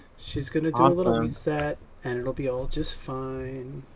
she's going to do a little reset and it'll be all just fine.